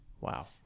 Wow